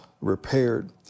repaired